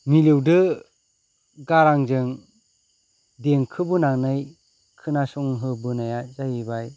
मिलौदो गारांजों देंखो बोनानै खोनासंहोबोनाया जाहैबाय